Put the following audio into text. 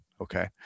Okay